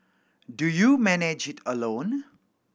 do you manage it alone